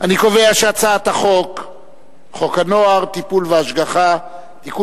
את הצעת חוק הנוער (טיפול והשגחה) (תיקון